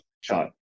shot